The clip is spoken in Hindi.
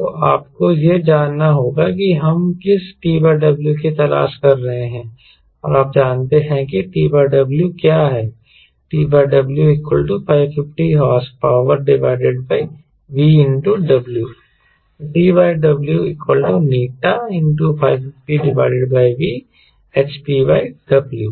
तो आपको यह जानना होगा कि हम किस T W की तलाश कर रहे हैं और आप जानते हैं कि T W क्या है TW550 hp WV TWη550V hpW